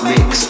Mix